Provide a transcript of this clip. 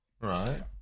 right